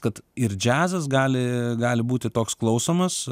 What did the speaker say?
kad ir džiazas gali gali būti toks klausomas